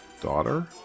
daughter